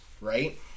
right